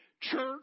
church